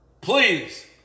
Please